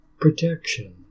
protection